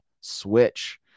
switch